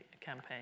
campaign